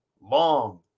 long